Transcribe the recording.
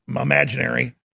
imaginary